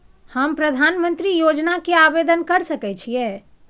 हम प्रधानमंत्री योजना के आवेदन कर सके छीये?